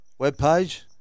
webpage